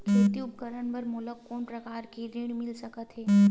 खेती उपकरण बर मोला कोनो प्रकार के ऋण मिल सकथे का?